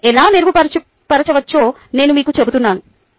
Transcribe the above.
దీన్ని ఎలా మెరుగుపరచవచ్చో నేను మీకు చెప్పబోతున్నాను